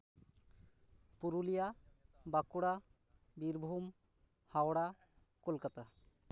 Purulia Bankura Birbhum Howrah Kolkata